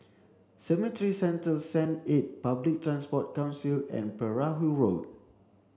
Cemetry Central Saint eight Public Transport Council and Perahu Road